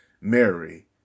Mary